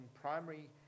primary